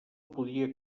podia